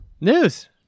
news